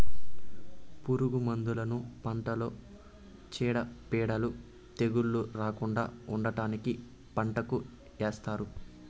పురుగు మందులను పంటలో చీడపీడలు, తెగుళ్ళు రాకుండా ఉండటానికి పంటకు ఏస్తారు